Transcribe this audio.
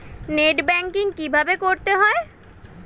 Net banking কীভাবে করতে হয়?